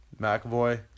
McAvoy